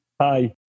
Hi